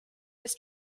his